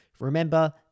Remember